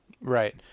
Right